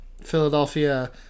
Philadelphia